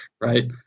right